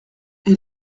est